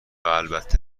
البته